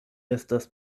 estas